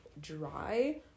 dry